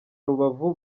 rubavu